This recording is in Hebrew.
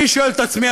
אני שואל את עצמי,